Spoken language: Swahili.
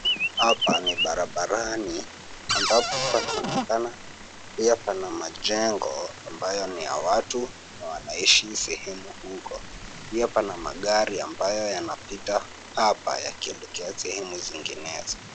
Hapa ni barabarani ambapo panaonekana pia pana majengo, ambayo ni ya watu na wanaishi sehemu huko. Pia pana magari ambayo yanapita hapa yakielekea sehemu zinginezo.